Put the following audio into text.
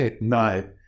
no